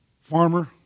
farmer